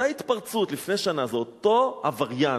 ועוד אותה התפרצות לפני שנה, ואותו עבריין,